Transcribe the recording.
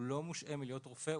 הוא לא מושעה מלהיות רופא,